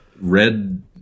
red